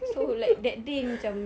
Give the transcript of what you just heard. so like that day macam